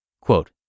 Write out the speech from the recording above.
Quote